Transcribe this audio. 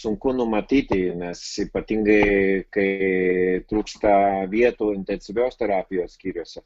sunku numatyti nes ypatingai kai trūksta vietų intensyvios terapijos skyriuose